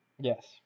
Yes